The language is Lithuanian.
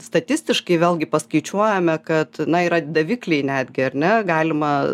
statistiškai vėlgi paskaičiuojame kad na yra davikliai netgi ar ne galima